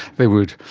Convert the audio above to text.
they would!